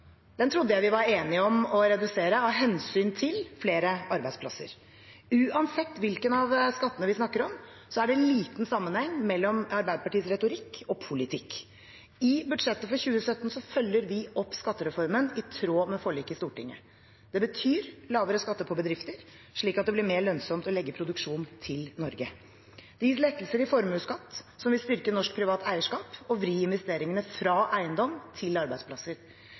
Den trodde jeg vi var enige om å redusere, av hensyn til flere arbeidsplasser. Uansett hvilken av skattene vi snakker om, er det liten sammenheng mellom Arbeiderpartiets retorikk og politikk. I budsjettet for 2017 følger vi opp skattereformen, i tråd med forliket i Stortinget. Det betyr lavere skatter for bedrifter, slik at det blir mer lønnsomt å legge produksjon til Norge. Det gis lettelser i formuesskatt, som vil styrke norsk privat eierskap og vri investeringene fra eiendom til arbeidsplasser,